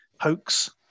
hoax